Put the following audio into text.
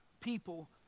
people